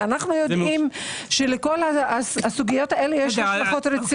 אנחנו יודעים שלכל הסוגיות האלה יש השלכות רציניות.